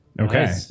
Okay